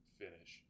finish